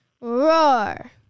Roar